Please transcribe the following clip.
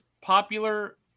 popular